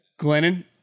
Glennon